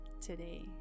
today